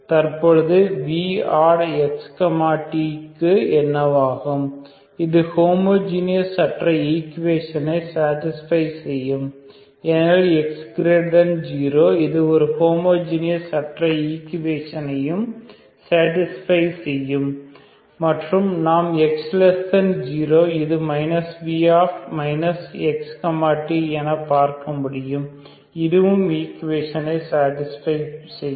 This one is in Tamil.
தற்பொழுது voddx t க்கு என்னவாகும் இது ஹோமோஜீனியஸ் அற்ற ஈக்குவேஷனையும் சேடிஸ்பை செய்யும் ஏனெனில் x0 இது ஹோமோஜீனியஸ் அற்ற ஈக்குவேஷனையும் சேடிஸ்பை செய்யும் மற்றும் நாம் x0 இது v x t என பார்க்க முடியும் இதுவும் ஈக்குவேஷனை சேடிஸ்பை செய்யும்